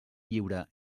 lliure